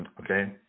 Okay